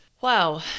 wow